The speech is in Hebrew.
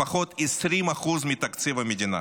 לפחות 20% מתקציב המדינה.